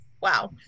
wow